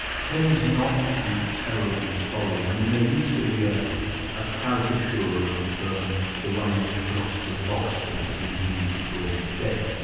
tends not to be terribly scholarly, i mean there used to be a ah caricature of the way in which philosophers at oxford would read the glorious dead,